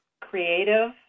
Creative